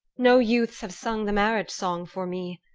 no youths have sung the marriage song for me,